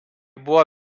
buvo